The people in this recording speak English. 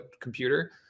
computer